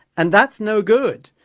and that's no good,